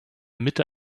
mitte